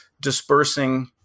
dispersing